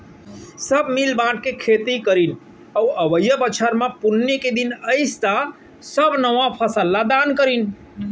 सब मिल बांट के खेती करीन अउ अवइया बछर म पुन्नी के दिन अइस त सब नवा फसल ल दान करिन